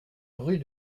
rue